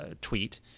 tweet